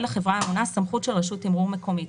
לחברה הממונה סמכות של רשות תימרור מקומית".